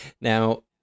Now